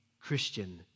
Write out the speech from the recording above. Christian